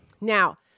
Now